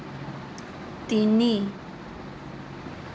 তিনি